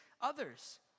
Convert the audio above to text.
others